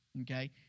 Okay